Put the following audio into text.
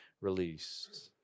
released